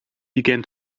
began